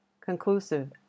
conclusive